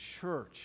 church